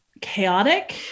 chaotic